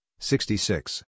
66